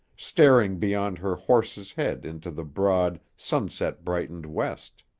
staring beyond her horse's head into the broad, sunset-brightened west.